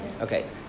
Okay